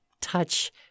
touch